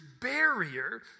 barrier